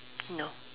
no